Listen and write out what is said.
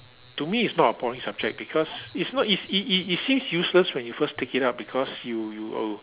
to me it's not a boring subject because it's not it's is is it's seems useless when you first take it up because you you uh